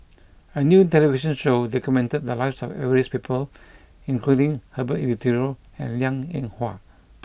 a new television show documented the lives of various people including Herbert Eleuterio and Liang Eng Hwa